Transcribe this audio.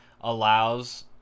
allows